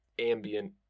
ambient